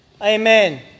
Amen